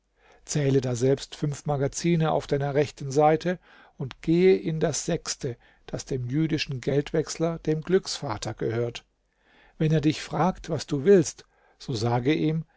zähle daselbst fünf magazine auf deiner rechten seite und gehe in das sechste das dem jüdischen geldwechsler dem glücksvater gehört wenn er dich fragt was du willst so sage ihm